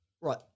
right